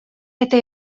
это